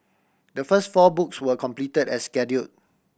the first four books were completed as schedule